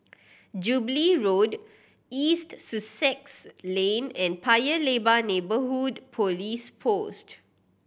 Jubilee Road East Sussex Lane and Paya Lebar Neighbourhood Police Post